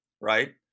right